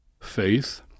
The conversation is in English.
Faith